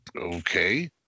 okay